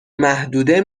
محدوده